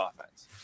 offense